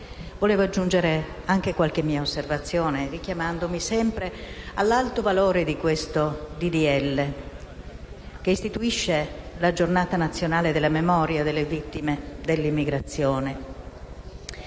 Vorrei aggiungere qualche mia osservazione, richiamandomi all'alto valore di questo disegno di legge, che istituisce la Giornata nazionale della memoria delle vittime dell'immigrazione,